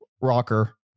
rocker